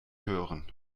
hören